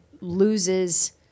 loses